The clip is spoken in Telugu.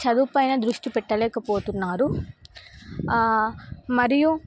చదువుపైన దృష్టి పెట్టలేకపోతున్నారు మరియు